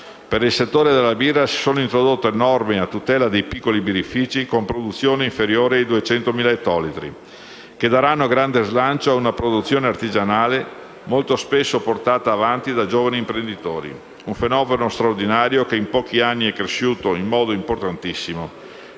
Per il settore della birra si sono introdotte norme a tutela dei piccoli birrifici con produzione inferiore ai 200.000 ettolitri, che daranno grande slancio ad una produzione artigianale molto spesso portata avanti da giovani imprenditori; un fenomeno straordinario, che in pochi anni è cresciuto in modo importantissimo.